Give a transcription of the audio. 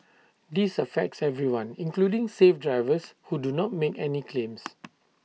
this affects everyone including safe drivers who do not make any claims